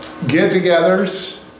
Get-togethers